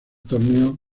torneo